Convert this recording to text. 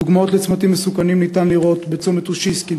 דוגמאות לצמתים מסוכנים הן צומת אוסישקין,